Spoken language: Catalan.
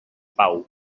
pau